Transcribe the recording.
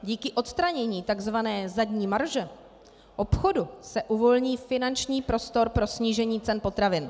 Díky odstranění takzvané zadní marže obchodu se uvolní finanční prostor pro snížení cen potravin.